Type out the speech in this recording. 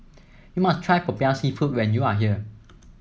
you must try Popiah seafood when you are here